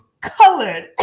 colored